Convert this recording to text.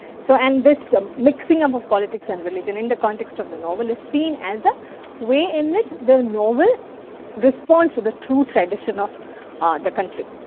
so and this um mixing up politics and religion in the context of the novel is seen as a way in which the novel responds to the true tradition of the country,